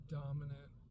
dominant